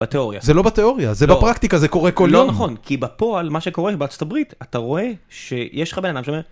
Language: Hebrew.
בתיאוריה, זה לא בתיאוריה, זה בפרקטיקה, זה קורה כל היום. לא נכון, כי בפועל מה שקורה בארה״ב אתה רואה שיש לך בן אדם שאומר...